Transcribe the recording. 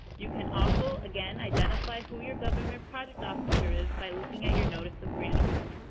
you can also, again, identify who your government project officer is by looking at your notice of grant award.